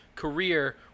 career